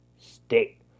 State